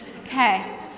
Okay